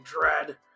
dread